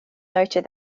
noted